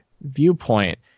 viewpoint